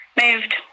moved